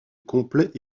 complet